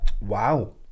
Wow